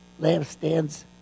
lampstands